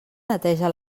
neteja